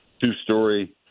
two-story